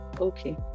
okay